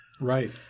right